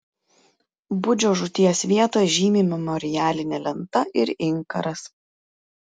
budžio žūties vietą žymi memorialinė lenta ir inkaras